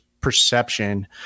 perception